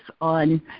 on